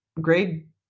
grade